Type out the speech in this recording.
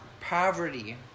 poverty